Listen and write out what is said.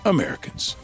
Americans